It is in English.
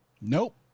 Nope